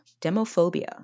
demophobia